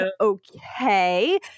okay